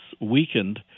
weakened